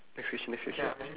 next question next question